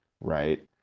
right